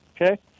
okay